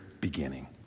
beginning